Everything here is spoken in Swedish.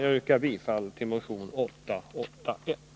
Jag yrkar bifall till motion nr 881.